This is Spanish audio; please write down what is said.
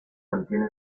mantiene